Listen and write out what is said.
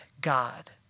God